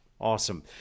Awesome